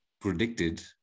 predicted